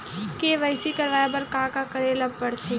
KYC करवाय बर का का करे ल पड़थे?